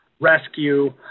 rescue